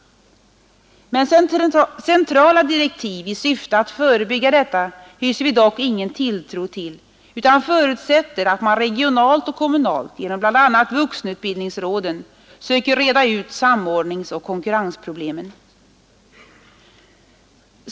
Centrala direktiv i syfte att förebygga sådant hyser vi dock ingen tilltro till utan förutsätter att man regionalt och kommunalt genom bl.a. vuxenutbildningsråden söker reda ut samordningsoch konkurrensproblemen.